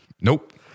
Nope